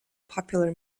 popular